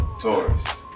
Taurus